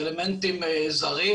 אלמנטים זרים,